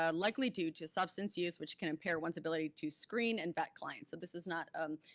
ah likely due to substance use, which can impair one's ability to screen and vet clients. so this is not a